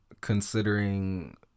considering